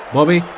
Bobby